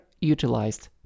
utilized